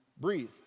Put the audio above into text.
breathe